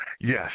Yes